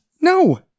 No